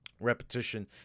repetition